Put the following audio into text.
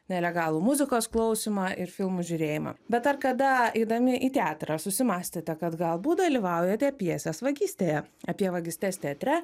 nelegalų muzikos klausymą ir filmų žiūrėjimą bet ar kada eidami į teatrą susimąstėte kad galbūt dalyvaujate pjesės vagystėje apie vagystes teatre